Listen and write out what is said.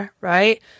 right